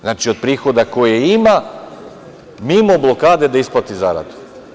Znači, od prihoda koje ima, mimo blokade da isplati zaradu.